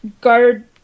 guard